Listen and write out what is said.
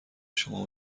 شما